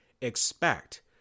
Expect